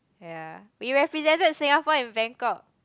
ya we represented Singapore in Bangkok